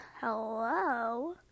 hello